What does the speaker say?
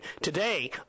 Today